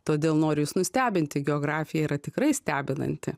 todėl noriu jus nustebinti geografija yra tikrai stebinanti